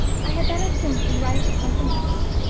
i had better think and write of something else.